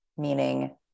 meaning